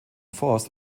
forst